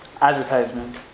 advertisement